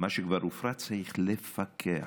צריך לפקח.